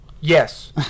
Yes